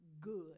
good